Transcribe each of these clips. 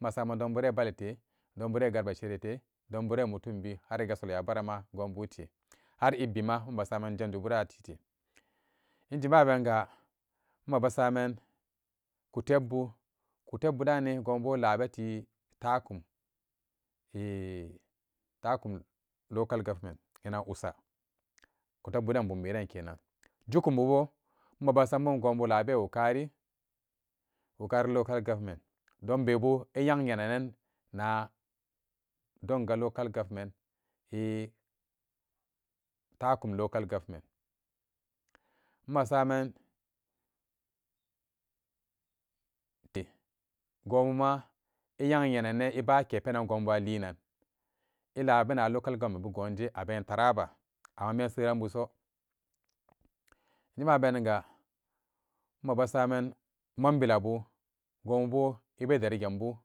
Imma man dombure balite donburea garba shede te donmbu re mutum biyu yar i gassol yabarama dombu te har ibbi ma imma saman junju barca teca te ijimaben ga mmaba seaman kolepbu kutepbu danimbu lare takum i takum local government inna usa jukute pbuden bumbe de kenan jukumbu bar mmbe da samen dombu la re ukari local government donbe bu in nyanyanan na donga local government takum local government emme saman ta buma imba kapenan igonbu a lenan ilabena local government bu guja aben taraba amma menseran buso jima beniga immaba saman manbila bu gububo igere gembu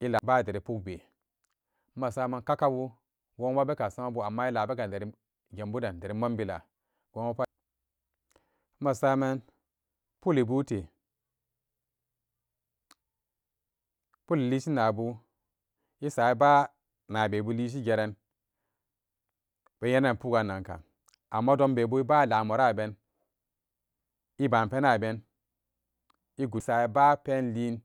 ilara deri pukbe imma samen kakabu gunbu ibe ka samabu amma ilara deri pukden deri mambila gubu pat imma saman puli bu ite nabebu lishi geran inenan pukgan amudan aben iba penaben.